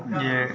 यह